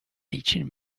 teaching